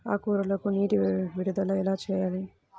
ఆకుకూరలకు నీటి విడుదల ఎలా చేయాలి?